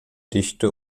dichte